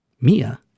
Mia